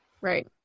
right